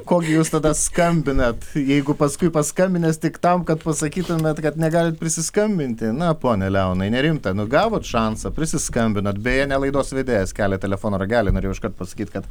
ko gi jūs tada skambinat jeigu paskui paskambinęs tik tam kad pasakytumėt kad negalit prisiskambinti na pone leonai nerimta gavot šansą prisiskambinot beje ne laidos vedėjas kelia telefono ragelį norėjau iškart pasakyti kad